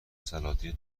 سلاطین